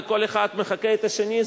וכל אחד מחקה את השני,